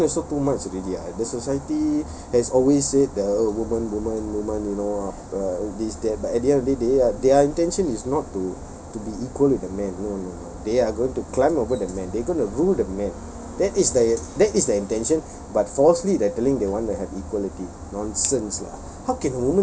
women also too much already ah the society has always said the women women women you know this that but at the end of the day they are their intention is not to to be equal with the man no no no they are going to climb over the man they going to rule the man that is the that is the intention but falsely they're telling they want to have equality nonsense lah